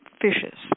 fishes